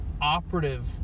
operative